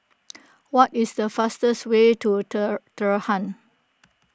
what is the fastest way to Tehran